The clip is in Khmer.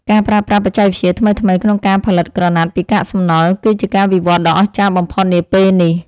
ការប្រើប្រាស់បច្ចេកវិទ្យាថ្មីៗក្នុងការផលិតក្រណាត់ពីកាកសំណល់ គឺជាការវិវត្តដ៏អស្ចារ្យបំផុតនាពេលនេះ។